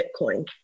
Bitcoin